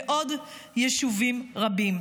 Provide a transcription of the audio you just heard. ועוד יישובים רבים.